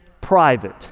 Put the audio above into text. private